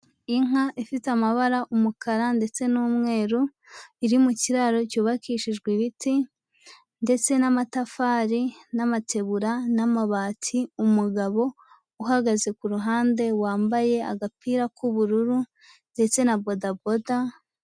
Inka ifite amabara umukara ndetse n'umweru iri mu kiraro cyubakishijwe ibiti ndetse n'amatafari n'amategura n'amabati umugabo uhagaze ku ruhande wambaye agapira k'ubururu ndetse na bodaboda.